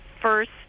first